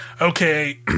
okay